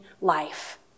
life